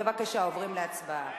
בבקשה, עוברים להצבעה.